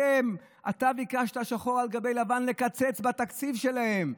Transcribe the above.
אתם, אתה ביקשת שחור על גבי לבן לקצץ בתקציב שלהם,